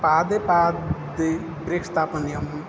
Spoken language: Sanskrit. पादे पादे ब्रेक् स्थापनीयं